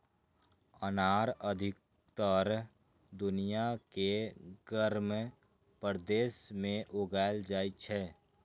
अनार अधिकतर दुनिया के गर्म प्रदेश मे उगाएल जाइ छै